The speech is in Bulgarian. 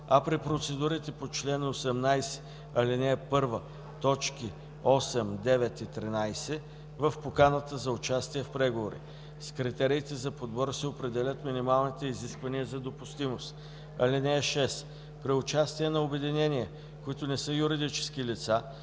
а при процедурите по чл. 18, ал. 1, т. 8, 9 и 13 – в поканата за участие в преговори. С критериите за подбор се определят минималните изисквания за допустимост. (6) При участие на обединения, които не са юридически лица,